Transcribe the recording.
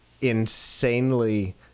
insanely